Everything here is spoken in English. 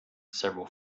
several